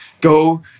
Go